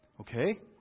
Okay